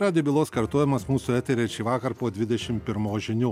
radijo bylos kartojimas mūsų etery šįvakar po dvidešimt pirmos žinių